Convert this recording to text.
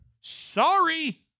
Sorry